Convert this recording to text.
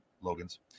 Logan's